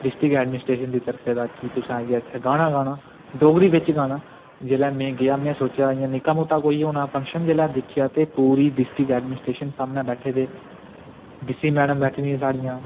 district administration दी तरफों दा कि तुसें आइयै उत्थै गाना गाना डोगरी बिच गाना जेल्लै में गेआ में सोचेआ इ'यां निक्का मुट्टा कोई होना फंक्शन जेल्लै दिक्खेआ ते पूरी डिस्ट्रिक ऐडमिनिस्ट्रेशन सामने बैठे दे डी सी मैडम बैठी दियां साढ़ियां